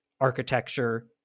architecture